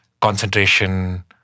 concentration